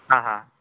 હાં હાં